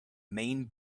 main